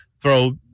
throw –